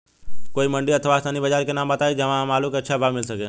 कोई मंडी अथवा स्थानीय बाजार के नाम बताई जहां हमर आलू के अच्छा भाव मिल सके?